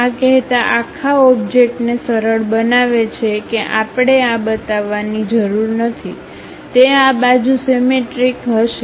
આ કહેતા આખા ઓબ્જેક્ટને સરળ બનાવે છે કે આપણે આ બતાવવાની જરૂર નથી તે આ બાજુ સીમેટ્રિક હશે